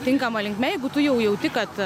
tinkama linkme jeigu tu jauti kad